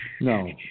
No